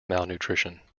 malnutrition